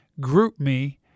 GroupMe